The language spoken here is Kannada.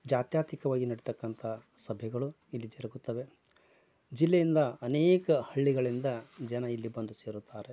ಜಾತ್ಯಾತಿತವಾಗಿ ನಡಿತಕ್ಕಂಥ ಸಭೆಗಳು ಇಲ್ಲಿ ಜರಗುತ್ತವೆ ಜಿಲ್ಲೆಯಿಂದ ಅನೇಕ ಹಳ್ಳಿಗಳಿಂದ ಜನ ಇಲ್ಲಿ ಬಂದು ಸೇರುತ್ತಾರೆ